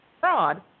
fraud